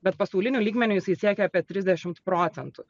bet pasauliniu lygmeniu jisai siekia apie trisdešimt procentų